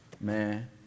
man